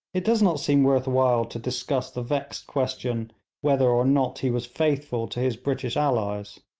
it does not seem worth while to discuss the vexed question whether or not he was faithful to his british allies.